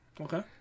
okay